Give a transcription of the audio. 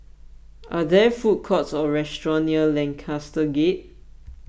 are there food courts or restaurants near Lancaster Gate